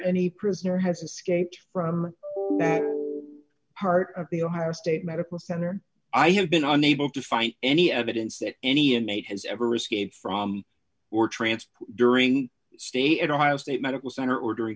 any prisoner has escaped from that part of the ohio state medical center i have been unable to find any evidence that any inmate has ever escaped from or transfer during stay at ohio state medical center or during